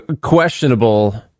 questionable